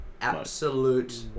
Absolute